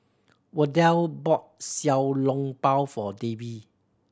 Wardell bought Xiao Long Bao for Davie